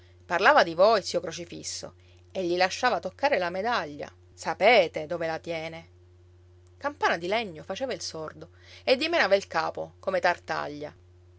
parlava di voi zio crocifisso e gli lasciava toccare la medaglia sapete dove la tiene campana di legno faceva il sordo e dimenava il capo come tartaglia